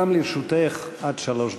גם לרשותך עד שלוש דקות.